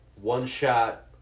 one-shot